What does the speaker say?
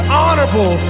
honorable